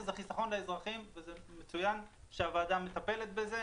וזה מצוין שהוועדה מטפלת בזה,